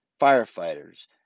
firefighters